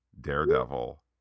Daredevil